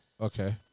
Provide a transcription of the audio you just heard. Okay